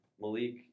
Malik